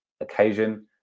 occasion